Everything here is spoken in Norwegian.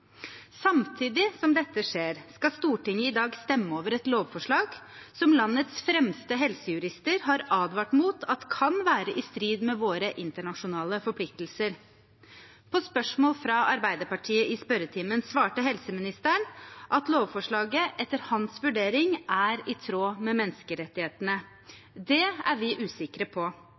Samtidig som dette skjer, skal Stortinget i dag stemme over et lovforslag som landets fremste helsejurister har advart mot kan være i strid med våre internasjonale forpliktelser. På spørsmål fra Arbeiderpartiet i spørretimen svarte helseministeren at lovforslaget etter hans vurdering er i tråd med menneskerettighetene. Det er vi usikre på.